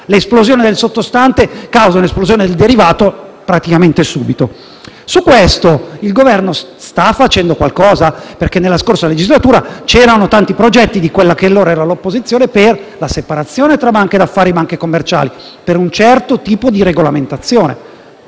l'esplosione del sottostante causa un'esplosione praticamente immediata del derivato. Su questo il Governo sta facendo qualcosa? Nella scorsa legislatura c'erano tanti progetti di quella che allora era l'opposizione per la separazione tra banche d'affari e banche commerciali e per un certo tipo di regolamentazione.